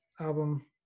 album